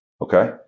Okay